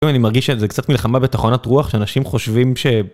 היום אני מרגיש שזה קצת מלחמה בתחנות רוח שאנשים חושבים ש...